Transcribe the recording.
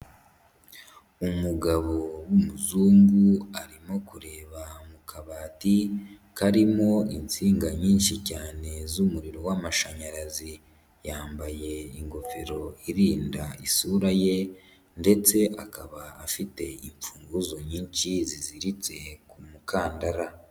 Umugabo w'umuzungu arimo kureba mu kabati, karimo insinga nyinshi cyane z'umuriro w'amashanyarazi, yambaye ingofero irinda isura ye ndetse akaba afite imfunguzo nyinshi ziziritse ku mukandara.